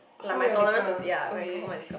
hold your liquor okay